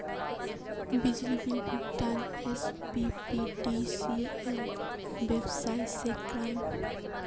बिजली बिल भुगतान SBPDCL website से क्रॉइल